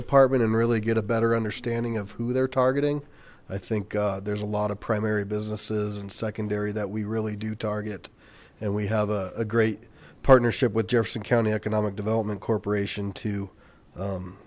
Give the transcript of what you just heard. department and really get a better understanding of who they're targeting i think there's a lot of primary businesses and secondary that we really do target and we have a great partnership with jefferson county economic development corporation to